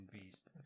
beast